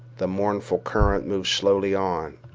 the mournful current moved slowly on,